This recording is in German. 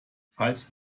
falls